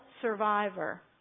survivor